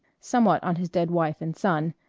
somewhat on his dead wife and son,